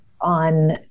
on